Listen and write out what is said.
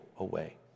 away